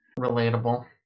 relatable